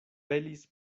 pelis